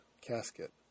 casket